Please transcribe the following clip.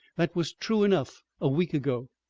that was true enough a week ago.